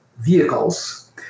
vehicles